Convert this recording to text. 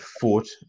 foot